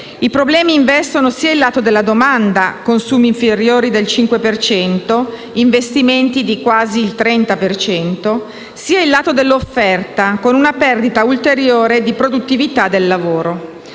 I problemi investono sia il lato della domanda (consumi inferiori del 5 per cento, investimenti di quasi il 30 per cento), sia il lato dell'offerta con una perdita ulteriore di produttività del lavoro.